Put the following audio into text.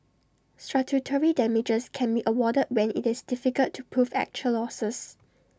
statutory damages can be awarded when IT is difficult to prove actual losses